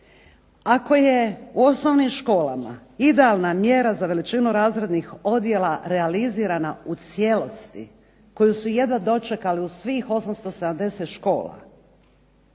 Ako je u osnovnim školama idealna mjera za veličinu razrednih odjela realizirana u cijelosti koju su jedva dočekali u svih 870 škola,